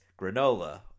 granola